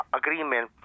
agreement